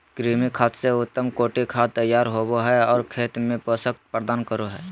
कृमि खाद से उत्तम कोटि खाद तैयार होबो हइ और खेत में पोषक प्रदान करो हइ